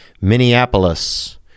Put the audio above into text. Minneapolis